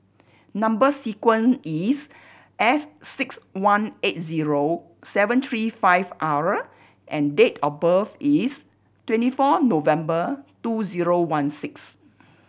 number sequence is S six one eight zero seven three five R and date of birth is twenty four November two zero one six